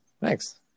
Thanks